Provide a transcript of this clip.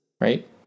right